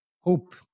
hope